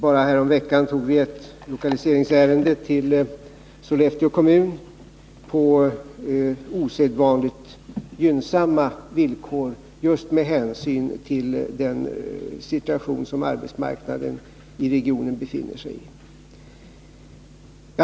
Bara häromveckan behandlade vi ett ärende om lokalisering till Sollefteå kommun, på osedvanligt gynnsamma villkor med hänsyn till den situation som arbetsmarknaden i regionen befinner sig i.